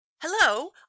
Hello